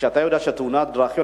אתה יודע שבתאונת דרכים,